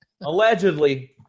Allegedly